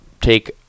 take